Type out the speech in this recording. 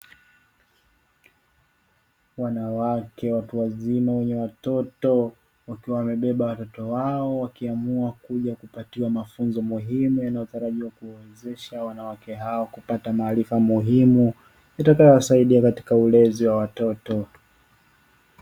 Wanawake watu wazima wenye watoto, wakiwa wamebeba watoto wao wakiamua kuja kupatiwa mafunzo muhimu yanayotarajia kuwezesha wanawake hao kupata maarifa muhimu yatakayo wasaidia katika ulezi wa wototo.